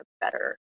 better